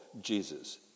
Jesus